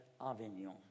Avignon